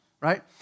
right